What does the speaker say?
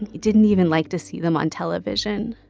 and he didn't even like to see them on television.